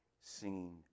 singing